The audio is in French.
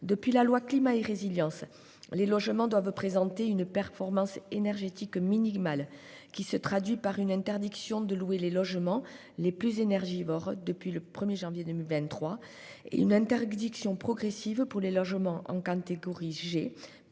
Depuis la loi Climat et résilience, les logements doivent présenter une performance énergétique minimum. Cela se traduit par l'interdiction de louer les logements les plus énergivores à compter du 1 janvier 2023 et par l'interdiction progressive de louer les logements de catégorie G